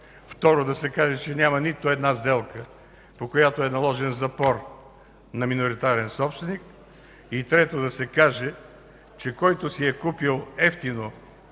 Второ, да се каже, че няма нито една сделка, по която е наложен запор на миноритарен собственик. Трето, да се каже, че който си е купил евтино